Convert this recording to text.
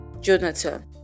Jonathan